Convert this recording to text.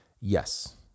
Yes